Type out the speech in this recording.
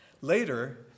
Later